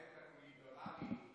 איתן אוהב את כולם,